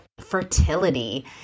fertility